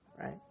Right